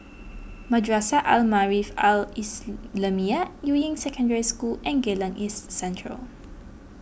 Madrasah Al Maarif Al Islamiah Yuying Secondary School and Geylang East Central